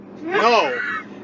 no